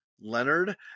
Leonard